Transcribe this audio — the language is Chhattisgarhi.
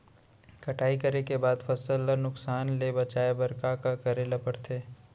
कटाई करे के बाद फसल ल नुकसान ले बचाये बर का का करे ल पड़थे?